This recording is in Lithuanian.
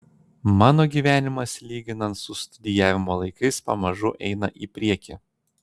mano gyvenimas lyginant su studijavimo laikais pamažu eina į priekį